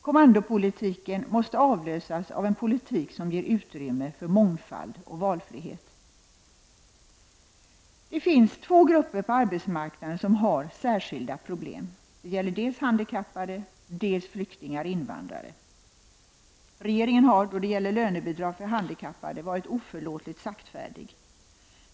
Kommandopolitiken måste avlösas av en politik som ger utrymme för mångfald och valfrihet. Det finns två grupper på arbetsmarknaden som har särskilda problem, dels handikappade, dels flyktingar och invandrare. Regeringen har då det gäller lönebidrag för handikappade varit oförlåtligt saktfärdig.